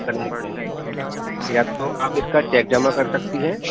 کرنے پڑیں گے یا تو آپ اس کا چیک جمع کر سکتی ہیں